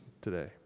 today